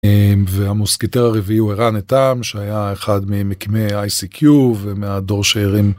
והמוסקיטר הרביעי הוא ערן איתם שהיה אחד ממקימי איי-סי-קיו ומהדור שהרים.